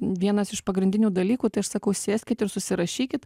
vienas iš pagrindinių dalykų tai aš sakau sėskit ir susirašykit